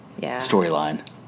storyline